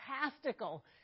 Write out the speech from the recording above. fantastical